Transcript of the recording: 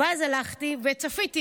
אז הלכתי וצפיתי.